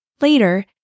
Later